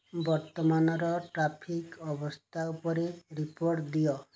ବର୍ତ୍ତମାନର ଟ୍ରାଫିକ୍ ଅବସ୍ଥା ଉପରେ ରିପୋର୍ଟ୍ ଦିଅ